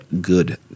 good –